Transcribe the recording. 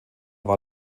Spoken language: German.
war